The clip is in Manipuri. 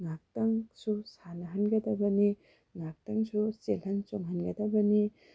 ꯉꯥꯏꯍꯥꯛꯇꯪꯁꯨ ꯁꯥꯟꯅꯍꯟꯒꯗꯕꯅꯤ ꯉꯥꯏꯍꯥꯛꯇꯪꯁꯨ ꯆꯦꯜꯍꯟ ꯆꯣꯡꯍꯟꯒꯗꯕꯅꯤ